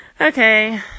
Okay